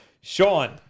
Sean